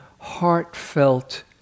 heartfelt